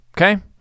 Okay